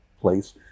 place